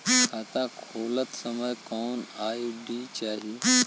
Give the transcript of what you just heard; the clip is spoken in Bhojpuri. खाता खोलत समय कौन आई.डी चाही?